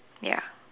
ya